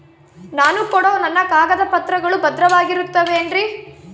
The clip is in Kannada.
ನಾನು ಕೊಡೋ ನನ್ನ ಕಾಗದ ಪತ್ರಗಳು ಭದ್ರವಾಗಿರುತ್ತವೆ ಏನ್ರಿ?